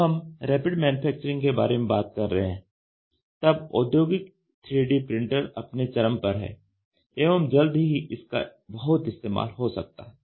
जब हम rapid manufacturing के बारे में बात कर रहे हैं तब औद्योगिक 3D प्रिंटर अपने चरम पर है एवं जल्द ही इसका बहुत इस्तेमाल हो सकता है